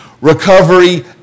Recovery